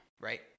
Right